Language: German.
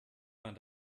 man